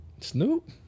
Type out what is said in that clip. Snoop